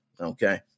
Okay